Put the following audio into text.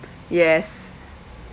yes